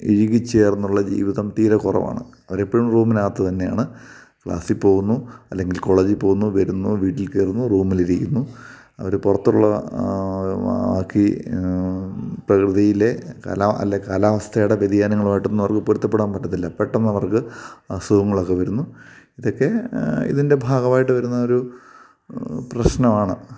ഇഴുകിച്ചേർന്നുള്ള ജീവിതം തീരെ കുറവാണ് അവരെപ്പോഴും റൂമിനകത്ത് തന്നെയാണ് ക്ലാസില് പോവുന്നു അല്ലെങ്കിൽ കോളേജില് പോവുന്നു വരുന്നു വീട്ടിൽ കയറുന്നു റൂമിലിരിക്കുന്നു അവര് പുറത്തുള്ള ബാക്കി പ്രകൃതിയിലെ കലാ അല്ലേ കാലാവസ്ഥയുടെ വ്യതിയാനങ്ങളുമായിട്ടൊന്നും അവർക്ക് പൊരുത്തപ്പെടാന് പറ്റത്തില്ല പെട്ടെന്നവർക്ക് അസുഖങ്ങളൊക്കെ വരുന്നു ഇതൊക്കെ ഇതിൻ്റെ ഭാഗമായിട്ട് വരുന്നൊരു പ്രശ്നമാണ്